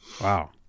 Wow